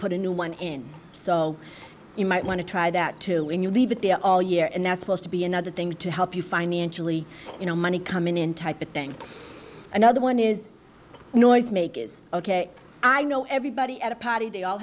put a new one in so you might want to try that too when you leave it there all year and that supposed to be another thing to help you financially you no money coming in type of thing another one is noise make is ok i know everybody at a party they all